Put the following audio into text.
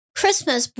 Christmas